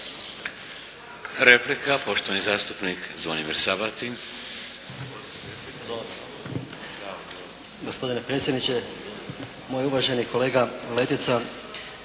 Replika poštovani zastupnik Zvonimir Sabati.